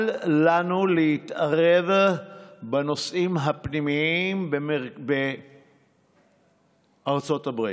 אל לנו להתערב בנושאים הפנימיים בארצות הברית.